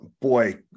boy